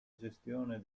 gestione